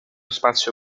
spazio